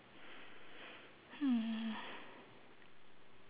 hmm